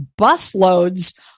busloads